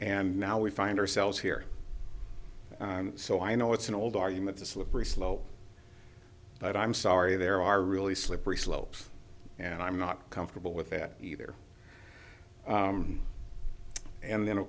and now we find ourselves here so i know it's an old argument the slippery slope but i'm sorry there are really slippery slopes and i'm not comfortable with that either and then of